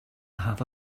have